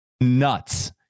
nuts